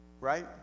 Right